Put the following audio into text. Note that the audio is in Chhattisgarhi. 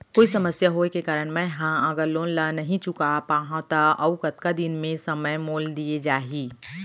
कोई समस्या होये के कारण मैं हा अगर लोन ला नही चुका पाहव त अऊ कतका दिन में समय मोल दीये जाही?